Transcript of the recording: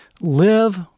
Live